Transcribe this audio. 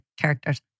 characters